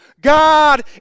God